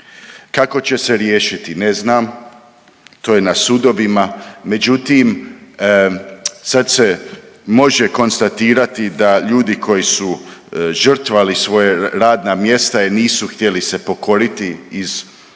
Kako će se riješiti, ne znam, to je na sudovima međutim sad se može konstatirati da ljudi koji su žrtvovali svoja radna mjesta jer nisu htjeli se pokoriti iz svojih